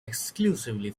exclusively